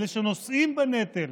אלה שנושאים בנטל,